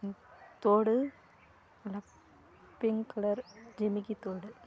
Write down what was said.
தோடு pink colour ஜிமிக்கி தோடு